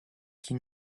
qui